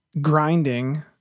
grinding